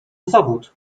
zawód